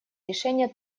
решения